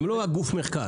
הם לא גוף מחקר.